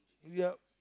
yup